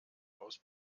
aus